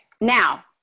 Now